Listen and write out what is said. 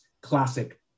classic